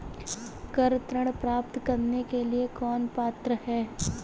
Car ऋण प्राप्त करने के लिए कौन पात्र है?